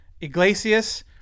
iglesias